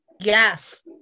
yes